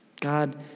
God